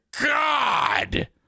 God